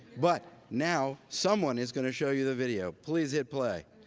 but, now, someone is going to show you the video. please hit play.